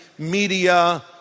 media